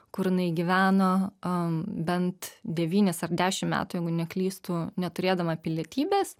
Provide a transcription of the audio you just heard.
kur jinai gyveno a bent devynis ar dešim metų jeigu neklystu neturėdama pilietybės